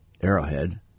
Arrowhead